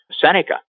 Seneca